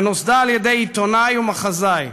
שנוסדה על ידי עיתונאי ומחזאי,